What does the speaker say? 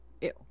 Ew